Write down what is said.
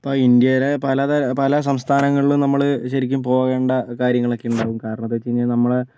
ഇപ്പോൾ ഇന്ത്യയിലെ പല തര പല സംസ്ഥാനങ്ങളിലും നമ്മള് ശെരിക്കും പോകേണ്ട കാര്യങ്ങളൊക്കെ ഉണ്ടാകും കാരണമെന്ന് വെച്ച് കഴിഞ്ഞാൽ നമ്മളെ